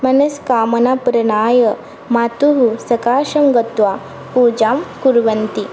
मनस्कामनापूरणाय मातुः सकाशं गत्वा पूजां कुर्वन्ति